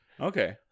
Okay